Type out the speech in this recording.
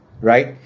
right